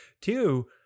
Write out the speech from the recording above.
two